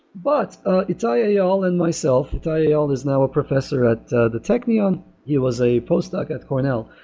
but itayayel and myself, itayayel is now a professor at the technion. um he was a post doc at cornell.